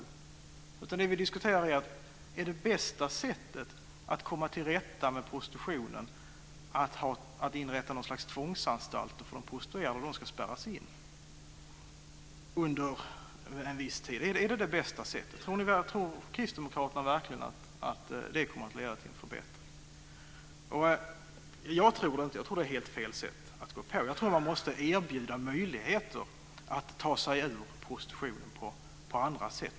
Det som vi diskuterar är om det bästa sättet att komma till rätta med prostitutionen är att inrätta något slags tvångsanstalter där de prostituerade ska spärras in under viss tid. Tror Kristdemokraterna verkligen att det inte kommer att leda till problem? Jag tror att det är helt fel sätt att gå till väga. Jag tror att man måste erbjuda de prostituerade möjligheter att ta sig ur prostitution på andra sätt.